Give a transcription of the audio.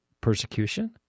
persecution